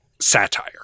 satire